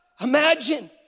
Imagine